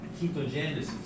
ketogenesis